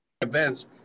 events